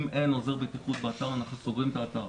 אם אין עוזר בטיחות באתר אנחנו סוגרים את האתר.